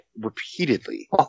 repeatedly